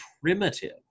primitive